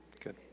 Good